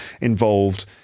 involved